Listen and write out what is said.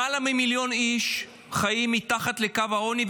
למעלה ממיליון איש חיים מתחת לקו העוני,